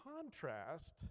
contrast